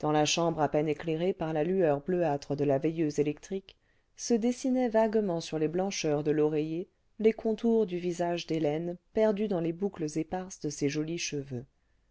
dans la chambre à peine éclairée par la lueur bleuâtre cle la veilleuse électrique se dessinaient vaguement sur les blancheurs de l'oreiller les contours du visage d'hélène perdu dans les boucles éparses de ses jolis cheveux